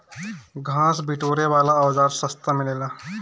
घास बिटोरे वाला औज़ार सस्ता मिलेला